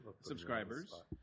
subscribers